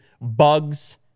bugs